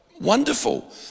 wonderful